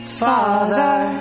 father